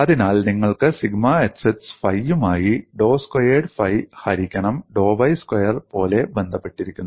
അതിനാൽ നിങ്ങൾക്ക് sigma xx ഫൈയുമായി ഡോ സ്ക്വയേർഡ് ഫൈ ഹരിക്കണം ഡോ വൈ സ്ക്വയർ പോലെ ബന്ധപ്പെട്ടിരിക്കുന്നു